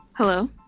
Hello